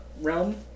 realm